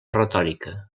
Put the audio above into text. retòrica